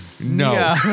No